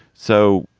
so.